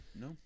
No